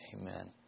amen